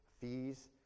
fees